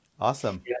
Awesome